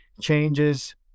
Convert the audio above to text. changes